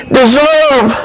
deserve